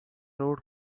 road